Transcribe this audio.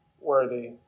worthy